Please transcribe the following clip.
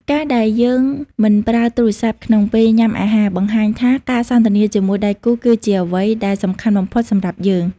ការដែលយើងមិនប្រើទូរស័ព្ទក្នុងពេលញ៉ាំអាហារ បង្ហាញថាការសន្ទនាជាមួយដៃគូគឺជាអ្វីដែលសំខាន់បំផុតសម្រាប់យើង។